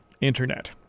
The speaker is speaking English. Internet